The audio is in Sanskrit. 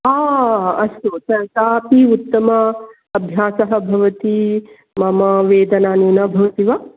हा अस्तु सापि उत्तमा अभ्यासः भवति मम वेदना न्यूना भवति वा